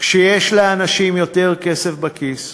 כשיש לאנשים יותר כסף בכיס,